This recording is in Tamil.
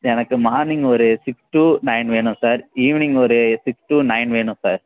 எனக்கு மார்னிங் ஒரு சிக்ஸ் டு நைன் வேணும் சார் ஈவினிங் ஒரு சிக்ஸ் டு நைன் வேணும் சார்